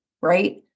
right